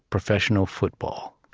professional football